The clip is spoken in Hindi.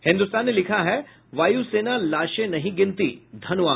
हिन्दुस्तान ने लिखा है वायु सेना लाशें नही गिनती धनोआ